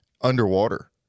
underwater